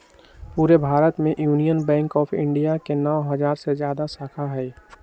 पूरे भारत में Union Bank of India के नौ हजार से जादा शाखा हई